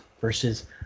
versus